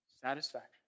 Satisfaction